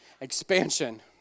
expansion